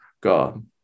God